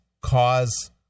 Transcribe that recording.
cause